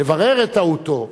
ולברר את טעותו.